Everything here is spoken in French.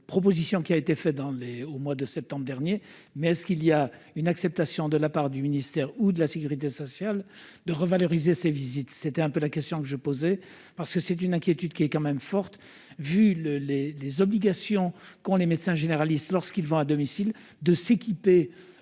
proposition qui a été fait dans l'est, au mois de septembre dernier, mais est-ce qu'il y a une acceptation de la part du ministère ou de la sécurité sociale de revaloriser ces visites, c'était un peu la question que je posais parce que c'est une inquiétude qui est quand même forte, vu le lait, les obligations qu'ont les médecins généralistes lorsqu'ils vont à domicile, de s'équiper